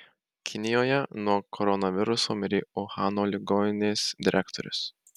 kinijoje nuo koronaviruso mirė uhano ligoninės direktorius